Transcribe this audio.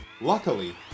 Luckily